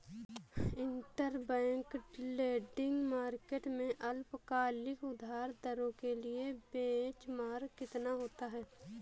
Interbank lending market में अल्पकालिक उधार दरों के लिए बेंचमार्क कितना होता है?